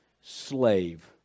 slave